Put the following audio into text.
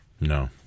No